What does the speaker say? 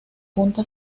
punta